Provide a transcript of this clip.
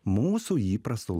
mūsų įprastu